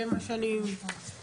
זה מה שאני אומרת,